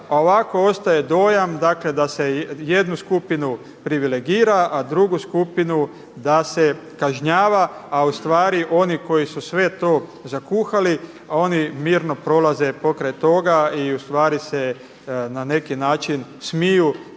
ovako ostaje dojam da se jednu skupinu privilegira, a drugu skupinu da se kažnjava, a ustvari oni koji su sve to zakuhali oni mirno prolaze pokraj toga i na neki način smiju